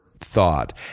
thought